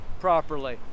properly